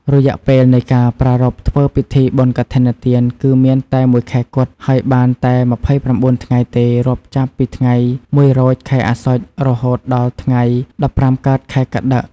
រយៈពេលនៃការប្រារព្ធធ្វើពិធីបុណ្យកឋិនទានគឺមានតែ១ខែគត់ហើយបានតែ២៩ថ្ងៃទេរាប់ចាប់ពីថ្ងៃ១រោចខែអស្សុជរហូតដល់ថ្ងៃ១៥កើតខែកត្តិក។